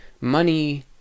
money